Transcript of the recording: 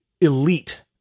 elite